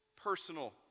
personal